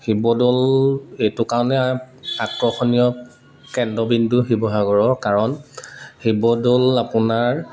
শিৱদৌল এইটো কাৰণে আকৰ্ষণীয় কেন্দ্ৰবিন্দু শিৱসাগৰৰ কাৰণ শিৱদৌল আপোনাৰ